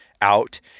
out